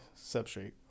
substrate